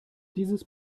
dieses